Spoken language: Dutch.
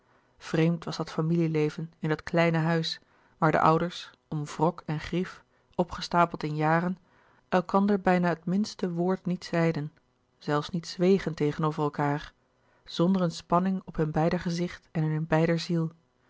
vreemd was dat familie leven in dat kleine huis waar de ouders om wrok en grief opgestapeld in jaren elkander bijna het minste woord niet zeiden zelfs niet zwegen tegenover elkaâr zonder eene spanning op hun beider gezicht en in hun beider ziel